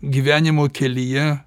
gyvenimo kelyje